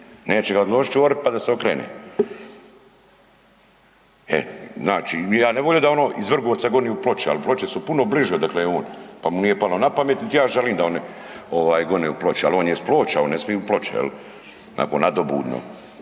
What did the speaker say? neće ga odložiti čuvar pa da se okrene. E znači ja ne bi volio da ono iz Vrgorca goni u Ploče, ali Ploče su puno bliže odakle je on pa mu nije palo napamet niti ja želim da oni gone u Ploče. Ali on je iz Ploča, on ne smi u Ploče onako nadobudno.